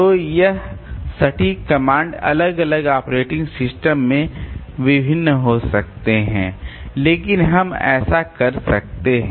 तो यह सटीक कमांड अलग अलग ऑपरेटिंग सिस्टम में भिन्न हो सकते हैं लेकिन हम ऐसा कर सकते हैं